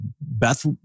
Beth